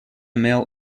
mail